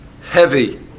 heavy